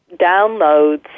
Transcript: downloads